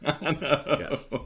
Yes